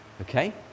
Okay